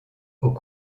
aux